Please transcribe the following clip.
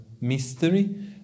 Mystery